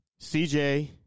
CJ